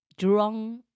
Jurong